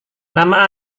nama